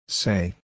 say